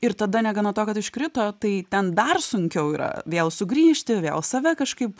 ir tada negana to kad iškrito tai ten dar sunkiau yra vėl sugrįžti vėl save kažkaip